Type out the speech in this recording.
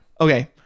Okay